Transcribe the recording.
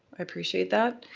i appreciate that.